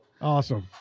Awesome